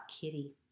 kitty